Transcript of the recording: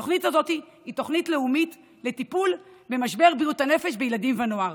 התוכנית הזאת היא תוכנית לאומית לטיפול במשבר בריאות הנפש בילדים ונוער.